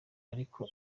ariko